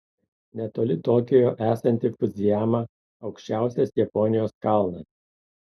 netoli tokijo esanti fudzijama aukščiausias japonijos kalnas